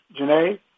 Janae